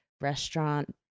restaurant